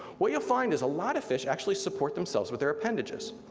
what you'll find is a lot of fish actually support themselves with their appendages.